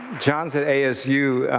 john's at asu,